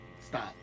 stop